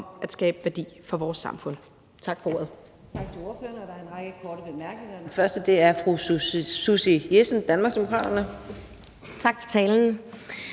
at skabe værdi for vores samfund.